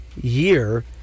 year